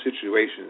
situations